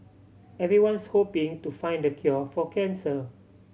everyone's hoping to find the cure for cancer